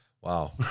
Wow